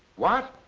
what?